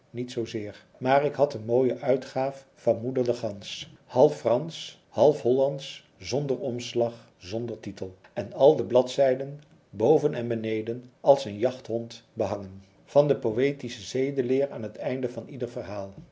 niet zoozeer maar ik had een mooie uitgaaf van moeder de gans half fransch half hollandsch zonder omslag zonder titel en al de bladzijden boven en beneden als een jachthond behangen van de poëtische zedeleer aan het eind van ieder verhaal